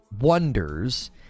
wonders